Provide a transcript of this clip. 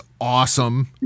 awesome